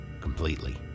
Completely